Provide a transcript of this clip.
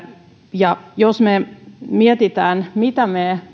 ja jos me mietimme mitä me